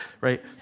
right